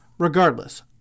Regardless